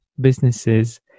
businesses